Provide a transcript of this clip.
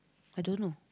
I don't know